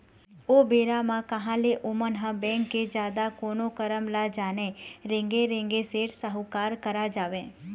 ओ बेरा म कहाँ ले ओमन ह बेंक के जादा कोनो मरम ल जानय रेंगे रेंगे सेठ साहूकार करा जावय